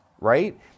right